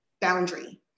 boundary